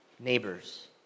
neighbors